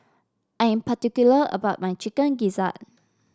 I am particular about my Chicken Gizzard